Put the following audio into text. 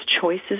choices